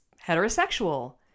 heterosexual